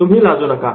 तुम्ही लाजू नका